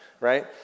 right